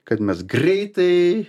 kad mes greitai